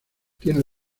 tiene